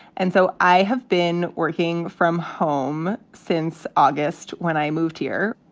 and so i have been working from home since august when i moved here.